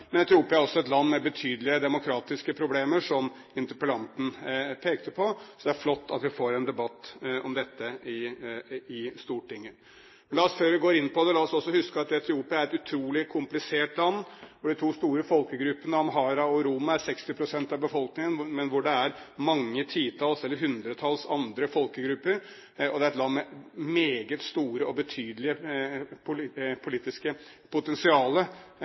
Men Etiopia er også et land med betydelige demokratiske problemer, som interpellanten pekte på. Så det er flott at vi får en debatt om dette i Stortinget. Før vi går inn på det, la oss også huske at Etiopia er et utrolig komplisert land hvor de to store folkegruppene amhara og oromo utgjør 60 pst. av befolkningen, men hvor det er mange titalls, eller hundretalls, andre folkegrupper. Det er et land med meget stort og